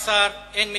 12, אין מתנגדים,